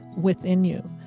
within you.